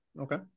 Okay